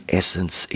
essence